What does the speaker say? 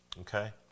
Okay